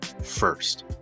First